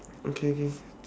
okay okay